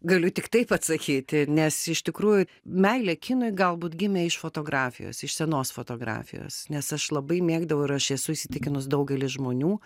galiu tik taip atsakyti nes iš tikrų meilė kinui galbūt gimė iš fotografijos iš senos fotografijos nes aš labai mėgdavau ir aš esu įsitikinus daugelis žmonių